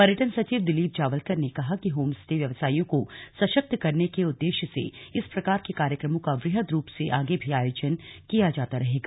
पर्यटन सचिव दिलीप जावलकर ने कहा कि होम स्टे व्यवसाईयों को सशक्त करने के उद्देश्य से इस प्रकार के कार्यक्रमों का वृहद रूप से आगे भी आयोजन किया जाता रहेगा